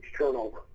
turnover